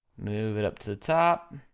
move it up to the top,